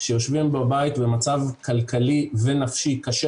שיושבים בבית במצב כלכלי ונפשי קשה